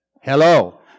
Hello